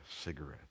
cigarettes